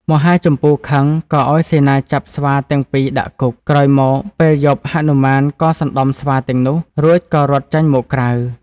មហាជម្ពូខឹង ក៏ឱ្យសេនាចាប់ស្វាទាំងពីរដាក់គុក ក្រោយមកពេលយប់ហនុមានក៏សណ្តំស្វាទាំងនោះ រួចក៏រត់ចេញមកក្រៅ។